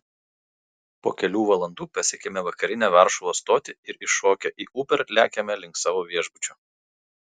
po kelių valandų pasiekiame vakarinę varšuvos stotį ir įšokę į uber lekiame link savo viešbučio